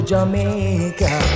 Jamaica